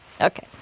okay